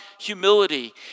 humility